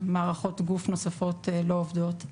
שמערכות גוף נוספות לא עובדות,